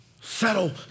settle